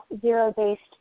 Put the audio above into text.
zero-based